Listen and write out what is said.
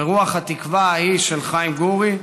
ברוח התקווה ההיא של חיים גורי,